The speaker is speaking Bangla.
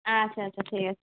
আচ্ছা আচ্ছা ঠিক আছে